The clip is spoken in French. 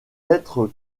être